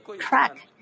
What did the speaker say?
crack